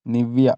Nivea